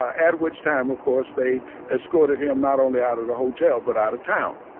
at which time, of course, they escorted him not only out of the hotel but out of town